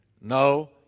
No